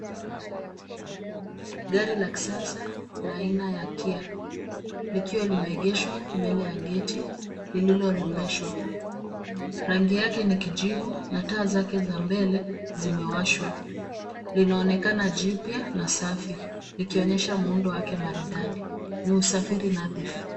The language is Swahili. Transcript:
Gari la kisasa la aina ya Kia, likiwa limeegeshwa mbele ya geti lililorembeshwa. Rangi yake ni kijivu na taa zake za mbele zimewashwa. Linaonekana jipya na safi, likionyesha muundo wake maridadi. Ni usafiri nadhifu.